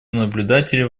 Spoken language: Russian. наблюдателя